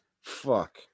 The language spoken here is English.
fuck